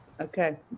Okay